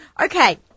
Okay